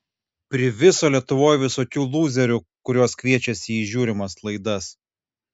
priviso lietuvoj visokių lūzerių kuriuos kviečiasi į žiūrimas laidas